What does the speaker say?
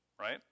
Right